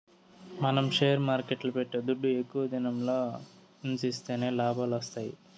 మనం షేర్ మార్కెట్ల పెట్టే దుడ్డు ఎక్కువ దినంల ఉన్సిస్తేనే లాభాలొత్తాయి